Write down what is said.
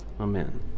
Amen